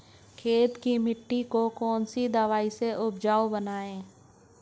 खेत की मिटी को कौन सी दवाई से उपजाऊ बनायें?